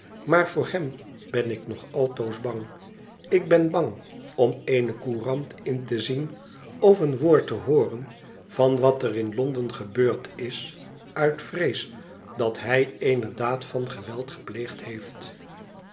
maar voor hem ben ik nog altoos bang ik ben bang om eene coiurant in te zien of een woord te hooren van wat er in londen gebeurd is uit vrees dat hij eene daad van geweid gepleegd heeft